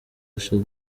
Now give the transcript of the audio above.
usher